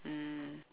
mm